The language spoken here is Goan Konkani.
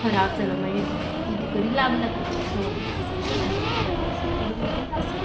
खराब जालो मागीर किदें करी लागला तुज्या तो एक आसा असो डिफरंट टायप ऑफ स्विचुएशन आसा